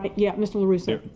but yeah mr. larusso.